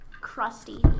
Crusty